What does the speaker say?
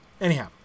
Anyhow